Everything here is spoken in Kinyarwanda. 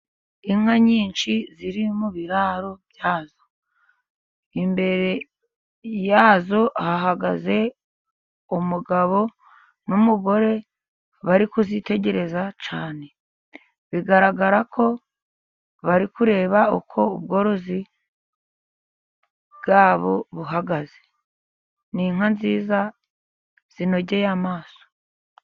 Inka nyinshi ziri mu biraro byazo, imbere yazo hahagaze umugabo n'umugore bari kuzitegereza cyane, bigaragara ko bari kureba uko ubworozi bwabo buhagaze ni inka nziza zinogeye amaso.